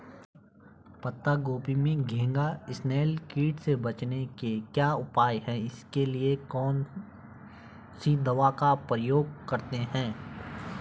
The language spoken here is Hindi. पत्ता गोभी में घैंघा इसनैल कीट से बचने के क्या उपाय हैं इसके लिए कौन सी दवा का प्रयोग करते हैं?